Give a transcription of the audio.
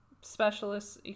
specialists